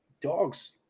dogs